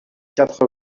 quatre